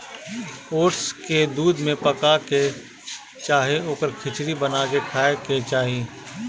oats के दूध में पका के चाहे ओकर खिचड़ी बना के खाए के चाही